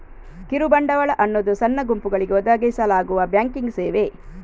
ಕಿರು ಬಂಡವಾಳ ಅನ್ನುದು ಸಣ್ಣ ಗುಂಪುಗಳಿಗೆ ಒದಗಿಸಲಾಗುವ ಬ್ಯಾಂಕಿಂಗ್ ಸೇವೆ